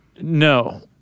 No